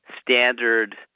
standard